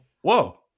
whoa